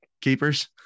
Keepers